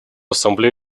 ассамблея